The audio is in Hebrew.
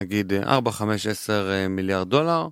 נגיד 4-5-10 מיליארד דולר